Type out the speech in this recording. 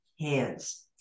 hands